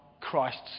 Christ's